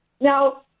Now